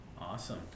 Awesome